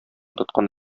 тоткан